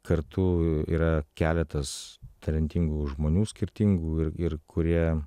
kartu yra keletas talentingų žmonių skirtingų ir ir kurie